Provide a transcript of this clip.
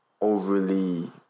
overly